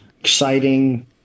Exciting